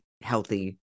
healthy